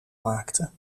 maakte